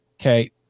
Okay